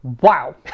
Wow